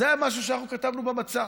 זה היה משהו שאנחנו כתבנו במצע.